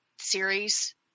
series